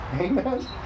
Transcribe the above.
Amen